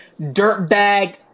dirtbag